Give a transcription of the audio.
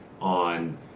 on